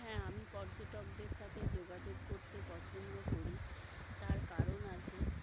হ্যাঁ আমি পর্যটকদের সাথে যোগাযোগ করতে পছন্দ করি তার কারণ আছে